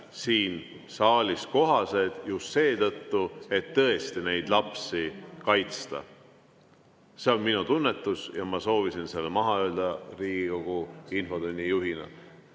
siin saalis kohased just seetõttu, et tõesti [on vaja] neid lapsi kaitsta. See on minu tunnetus ja ma soovisin selle maha öelda Riigikogu infotunni juhina.